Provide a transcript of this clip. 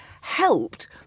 helped